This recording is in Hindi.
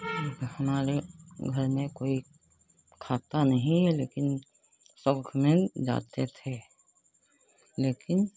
अब हमारे घ घर में कोई खाता नहीं है लेकिन शौक में जाते थे लेकिन